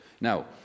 Now